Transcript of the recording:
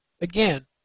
Again